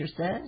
says